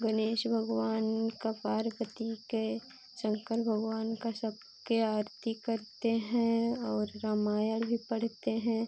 गणेश भगवान का पार्वती के शंकर भगवान का सबके आरती करते हैं और रामायण भी पढ़ते हैं